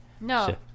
No